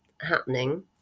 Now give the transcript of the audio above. happening